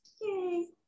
yay